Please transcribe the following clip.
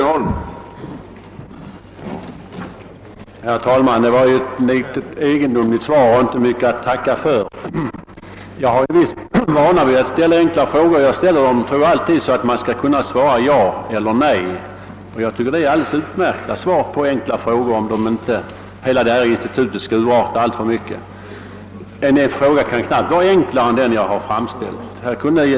Herr talman! Det var ett litet egendomligt svar och inte mycket att tacka för. Jag har en viss vana vid att ställa enkla frågor, och jag ställer dem alltid så att man kan svara ja eller nej. Det tycker jag är alldeles utmärkta svar på enkla frågor om inte hela detta institut skall urarta. En fråga kan knappast vara enklare än den jag har framställt.